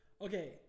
Okay